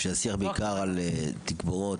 שהשיח בעיקר על תגבורות,